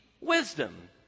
wisdom